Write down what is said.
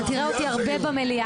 אתה תראה אותי הרבה במליאה.